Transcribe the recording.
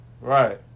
Right